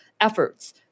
efforts